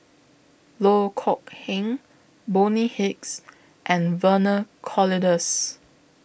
Loh Kok Heng Bonny Hicks and Vernon Cornelius